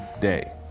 day